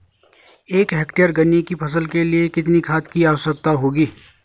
एक हेक्टेयर गन्ने की फसल के लिए कितनी खाद की आवश्यकता होगी?